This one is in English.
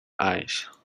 ice